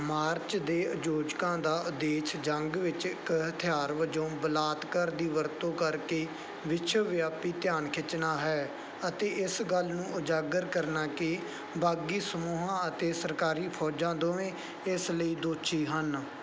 March ਦੇ ਆਯੋਜਕਾਂ ਦਾ ਉਦੇਸ਼ ਜੰਗ ਵਿੱਚ ਇੱਕ ਹਥਿਆਰ ਵਜੋਂ ਬਲਾਤਕਾਰ ਦੀ ਵਰਤੋਂ ਕਰਕੇ ਵਿਸ਼ਵਵਿਆਪੀ ਧਿਆਨ ਖਿੱਚਣਾ ਹੈ ਅਤੇ ਇਸ ਗੱਲ ਨੂੰ ਉਜਾਗਰ ਕਰਨਾ ਕਿ ਬਾਗੀ ਸਮੂਹਾਂ ਅਤੇ ਸਰਕਾਰੀ ਫੌਜਾਂ ਦੋਵੇਂ ਇਸ ਲਈ ਦੋਸ਼ੀ ਹਨ